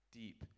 deep